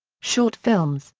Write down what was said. short films,